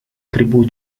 tribù